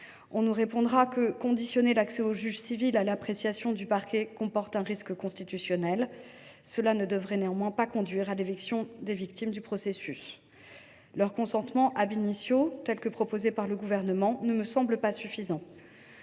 ou encore que conditionner l’accès au juge civil à l’appréciation du parquet comporte un risque constitutionnel. Tout cela ne devrait pas conduire à évincer les victimes du processus. Leur consentement, tel que proposé par le Gouvernement, ne me semble pas suffisant.